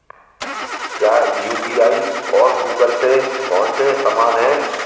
क्या यू.पी.आई और Google Pay PhonePe समान हैं?